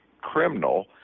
criminal